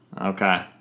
Okay